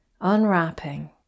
unwrapping